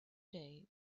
day